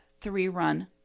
three-run